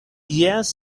jes